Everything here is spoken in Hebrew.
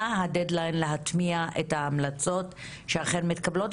מה הדד-ליין להטמיע את ההמלצות שאכן מתקבלות,